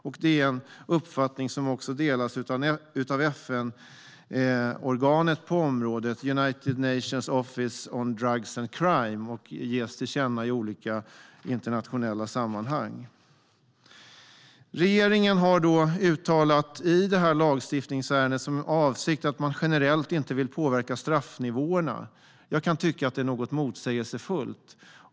Det är också en uppfattning som delas av FN-organet på området, United Nations Office on Drugs and Crime, och ges till känna i olika internationella sammanhang. Regeringen har i lagstiftningsärendet uttalat som sin avsikt att man generellt inte vill påverka straffnivåerna. Jag kan tycka att det är något motsägelsefullt.